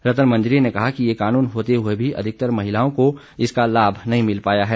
रत्न मंजरी ने कहा कि ये कानून होते हुए भी अधिकतर महिलाओं को इसका लाभ नहीं मिल पाया है